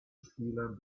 spielern